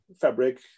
fabric